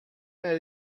know